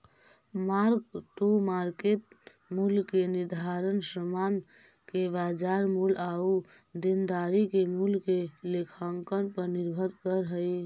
mark to market मूल्य के निर्धारण समान के बाजार मूल्य आउ देनदारी के मूल्य के लेखांकन पर निर्भर करऽ हई